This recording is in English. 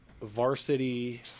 varsity